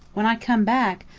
when i come back,